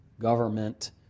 government